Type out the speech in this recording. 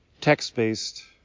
text-based